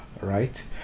right